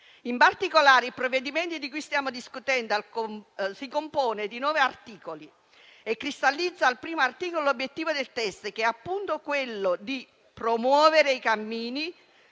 In particolare, il provvedimento di cui stiamo discutendo si compone di nove articoli e cristallizza al primo articolo l'obiettivo del testo, che è appunto quello di promuovere i cammini